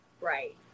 Right